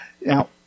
Now